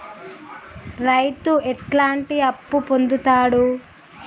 రైతు ఎట్లాంటి అప్పు పొందుతడు?